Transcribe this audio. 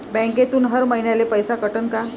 बँकेतून हर महिन्याले पैसा कटन का?